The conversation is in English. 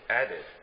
added